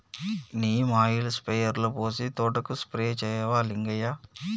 neem oil స్ప్రేయర్లో పోసి తోటకు స్ప్రే చేయవా లింగయ్య